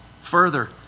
further